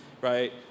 right